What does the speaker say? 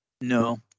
no